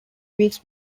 weeks